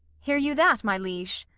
hear you that, my liege?